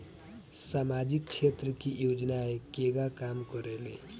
सामाजिक क्षेत्र की योजनाएं केगा काम करेले?